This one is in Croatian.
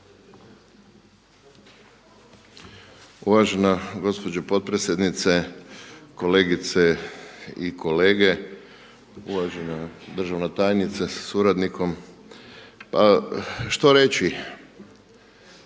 Uvažena gospođo potpredsjednice, kolegice i kolege, uvažena državna tajnice sa suradnikom. Pa što reći?